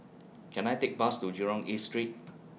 Can I Take Bus to Jurong East Street